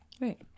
Right